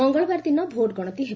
ମଙ୍ଗଳବାର ଦିନ ଭୋଟ୍ ଗଣତି ହେବ